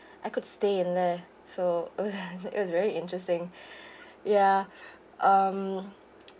I could stay in there so it was very interesting ya um